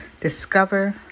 discover